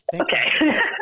okay